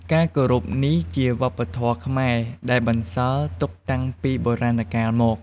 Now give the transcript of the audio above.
ការគោរពនេះជាវប្បធម៌៌ខ្មែរ ដែលបន្សល់ទុកតាំងពីបុរាណកាលមក។